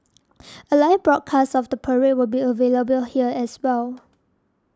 a live broadcast of the parade will be available here as well